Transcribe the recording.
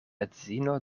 edzino